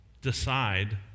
decide